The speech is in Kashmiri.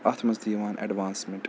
اَتھ منٛز تہِ یِوان ایٚڈوانسمنٹ